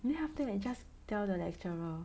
and then after that you just tell 的 lecturer